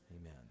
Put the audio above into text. Amen